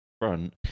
front